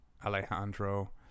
Alejandro